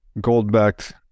gold-backed